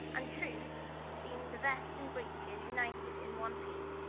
and trews being the vest and breeches united in one piece,